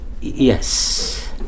Yes